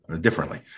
differently